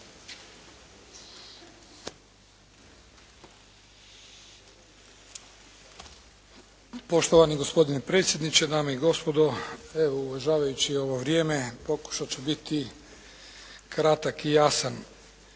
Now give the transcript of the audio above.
Poštovani gospodine predsjedniče, dame i gospodo. Evo uvažavajući ovo vrijeme pokušati ću biti kratak i jasan.